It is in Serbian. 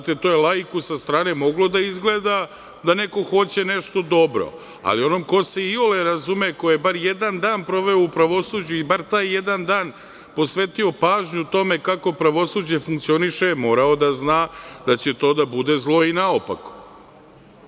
To je laiku sa strane moglo da izgleda da neko hoće nešto dobro, ali onom ko se iole razume, ko je bar jedan dan proveo u pravosuđu i bar taj jedan dan posvetio pažnju tome kako pravosuđe funkcioniše morao da zna da će to da bude zlo i naopako.